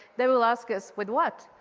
they will ask us, with what?